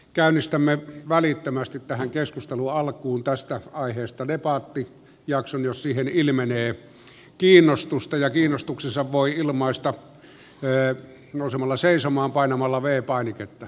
käynnistämme välittömästi tähän keskustelun alkuun tästä aiheesta debattijakson jos siihen ilmenee kiinnostusta ja kiinnostuksensa voi ilmaista nousemalla seisomaan ja painamalla v painiketta